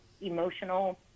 emotional